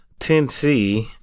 10C